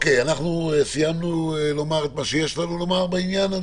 אנחנו סיימנו לומר את מה שיש לנו לומר בעניין?